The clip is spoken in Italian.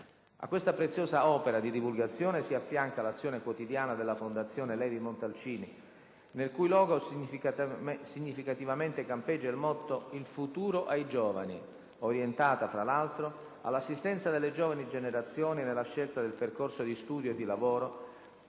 A questa preziosa opera di divulgazione si affianca l'azione quotidiana della Fondazione Levi-Montalcini - nel cui logo significativamente campeggia il motto «Il futuro ai giovani» - orientata, fra l'altro, all'assistenza delle giovani generazioni nella scelta del percorso di studio e di lavoro